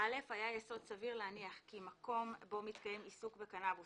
היה יסוד סביר להניח כי מקום בו מתקיים עיסוק בקנאבוס